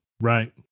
right